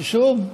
ששוב,